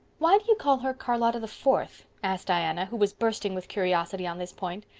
why do you call her charlotta the fourth? asked diana, who was bursting with curiosity on this point.